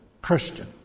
Christian